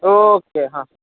okay